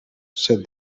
said